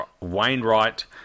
Wainwright